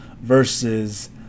versus